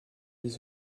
les